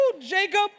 Jacob